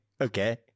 Okay